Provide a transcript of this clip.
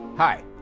Hi